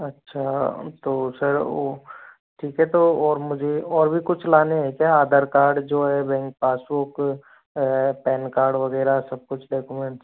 अच्छा तो सर वो ठीक है तो और मुझे और भी कुछ लाना है क्या आधार कार्ड जो है बैंक पासबुक ऐ पैन कार्ड वग़ैरह सब कुछ डॉक्यूमेंट्स